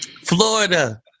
Florida